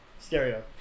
Stereo